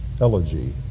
Elegy